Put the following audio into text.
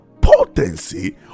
potency